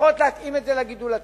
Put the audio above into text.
לפחות להתאים את זה לגידול הטבעי.